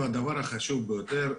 הדבר החשוב ביותר,